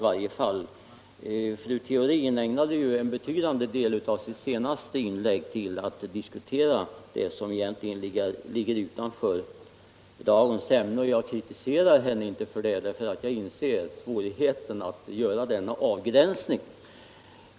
Fru Theorin ägnade ju en betydande del av sitt senaste inlägg åt att tala om sådant som egentligen ligger utanför dagens ämne, men jag kritiserar henne inte för det, eftersom jag inser svårigheten att göra denna avgränsning.